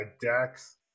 Dax